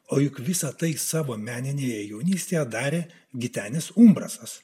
o juk visa tai savo meninėje jaunystėje darė gitenis umbrasas